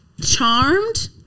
Charmed